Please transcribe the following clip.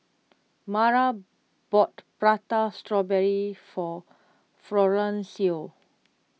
Mara bought Prata Strawberry for Florencio